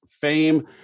fame